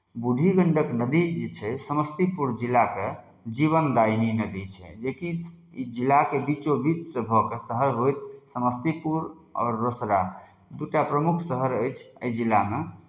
बूढ़ी गण्डक नदी जे छै समस्तीपुर जिलाके जीवनदायिनी नदी छै जेकि ई जिलाके बीचोंबीचसँ भऽ कऽ शहर होइत समस्तीपुर आओर रोसड़ा दू टा प्रमुख शहर अछि एहि जिलामे